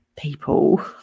people